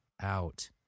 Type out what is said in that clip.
out